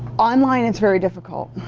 online it's very difficult